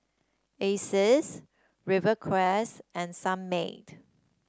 Asics Rivercrest and Sunmaid